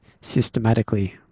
systematically